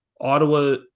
Ottawa